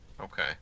Okay